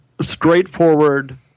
straightforward